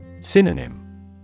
Synonym